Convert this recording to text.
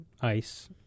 ice